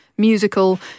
musical